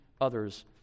others